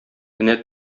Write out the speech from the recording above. энә